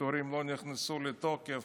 הפיטורים עוד לא נכנסו לתוקף.